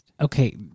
Okay